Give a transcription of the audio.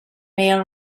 mail